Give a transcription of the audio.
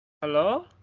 hello